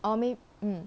or maybe mm